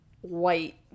white